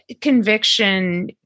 conviction